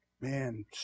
Man